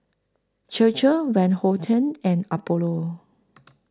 Chir Chir Van Houten and Apollo